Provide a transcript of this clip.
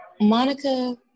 Monica